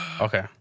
Okay